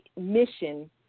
mission